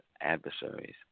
adversaries